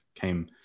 came